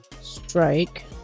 strike